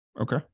Okay